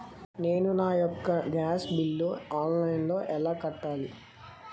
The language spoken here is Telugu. నేను నా యెక్క గ్యాస్ బిల్లు ఆన్లైన్లో ఎలా కట్టాలి?